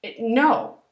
No